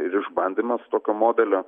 ir išbandymas tokio modelio